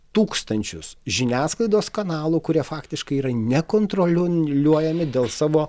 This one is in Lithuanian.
tūkstančius žiniasklaidos kanalų kurie faktiškai yra nekontroliuojami dėl savo